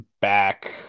back